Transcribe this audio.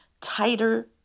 Tighter